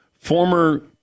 former